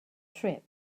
trip